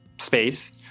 space